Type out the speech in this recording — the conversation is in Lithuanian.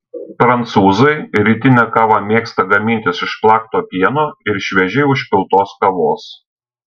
prancūzai rytinę kavą mėgsta gamintis iš plakto pieno ir šviežiai užpiltos kavos